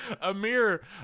Amir